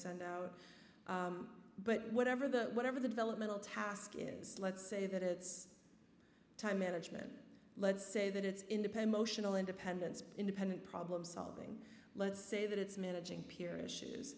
send out but whatever the whatever the developmental task is let's say that it's time management let's say that it's in depend motional independence independent problem solving let's say that it's managing peer issues